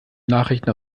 nachrichten